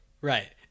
Right